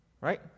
right